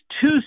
two